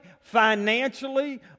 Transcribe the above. financially